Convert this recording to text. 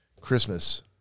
Christmas